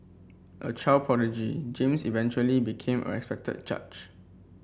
a child prodigy James eventually became a respected judge